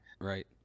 right